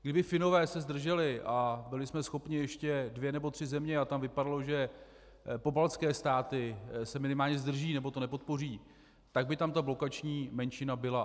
Kdyby se Finové zdrželi a byli jsme schopni ještě dvě nebo tři země, a tam vypadalo, že pobaltské státy se minimálně zdrží nebo to nepodpoří, tak by tam ta blokační menšina byla.